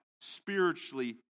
spiritually